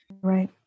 Right